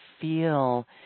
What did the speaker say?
feel